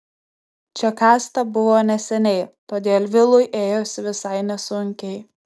čia kasta buvo neseniai todėl vilui ėjosi visai nesunkiai